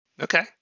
Okay